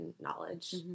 knowledge